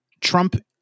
Trump